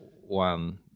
one